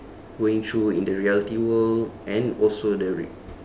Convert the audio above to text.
going through in the reality world and also the re~